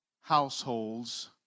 households